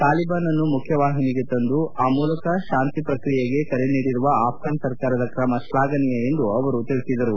ತಾಲಿಬಾನ್ ಅನ್ನು ಮುಖ್ಯವಾಹಿನಿಗೆ ತಂದು ಆ ಮೂಲಕ ಶಾಂತಿ ಶ್ರಕ್ರಿಯೆಯೆಗೆ ಕರೆ ನೀಡಿರುವ ಆಫ್ಟನ್ ಸರ್ಕಾರದ ಕ್ರಮ ಶ್ಲಾಘನೀಯ ಎಂದು ಅವರು ತಿಳಿಸಿದರು